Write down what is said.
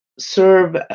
serve